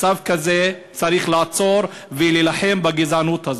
מצב כזה צריך לעצור, ולהילחם בגזענות הזו.